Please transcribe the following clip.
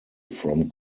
from